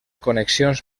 connexions